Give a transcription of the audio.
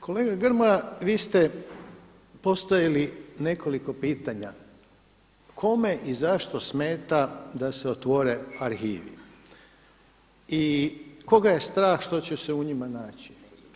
Kolega Grmoja, vi ste postavili nekoliko pitanja kome i zašto smeta da se otvore arhivi i koga je strah što će se u njima naći.